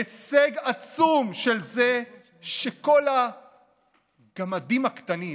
הישג עצום של זה שכל הגמדים הקטנים